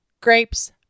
grapes